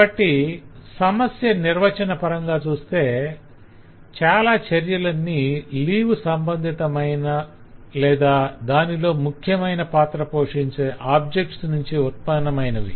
కాబట్టి సమస్య నిర్వచన పరంగా చూస్తే చాలా చర్యలన్నీ లీవ్ సంబంధితమైన లేదా దానిలో ముఖ్యమైన పాత్ర పోషించే ఆబ్జెక్ట్స్ నుంచి ఉత్పన్నమైనవి